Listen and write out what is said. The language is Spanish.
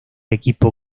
equipo